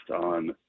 on